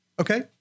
Okay